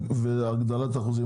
תקציב והגדלת אחוזים.